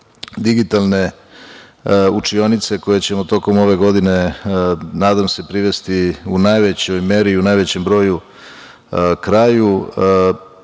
digitalne učionice koje ćemo tokom ove godine, nadam se, privesti u najvećoj meri i u najvećem broju kraju